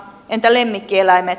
entä lemmikkieläimet